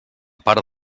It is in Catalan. part